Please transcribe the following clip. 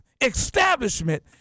establishment